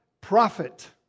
prophet